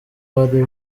bari